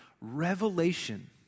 revelation